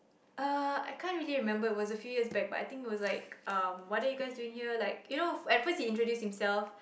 uh I can't really remember it was a few years back but I think it was like um what are you guys doing here like you know at first he introduced himself